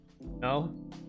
No